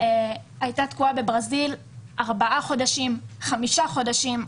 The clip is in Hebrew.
הייתה תקועה בברזיל ארבעה חודשים, חמישה חודשים.